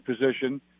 position